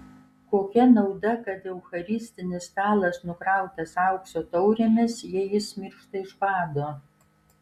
kokia nauda kad eucharistinis stalas nukrautas aukso taurėmis jei jis miršta iš bado